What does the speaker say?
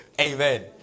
Amen